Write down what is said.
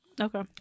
Okay